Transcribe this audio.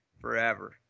forever